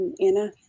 Anna